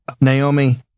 Naomi